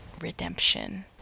redemption